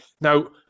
now